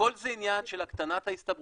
הכול זה עניין של הקטנת ההסתברות.